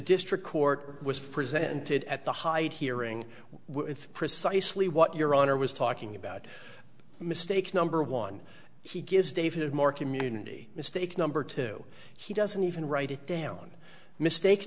district court was presented at the height hearing precisely what your honor was talking about mistake number one he gives david more community mistake number two he doesn't even write it down mistake